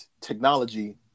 technology